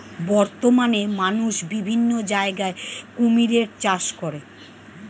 বর্তমানে মানুষ বিভিন্ন জায়গায় কুমিরের চাষ করে